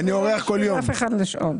מה יקרה אם אנחנו מאשרים?